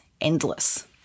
endless